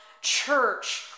church